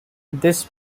this